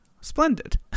splendid